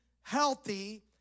healthy